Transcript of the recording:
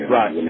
Right